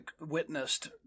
witnessed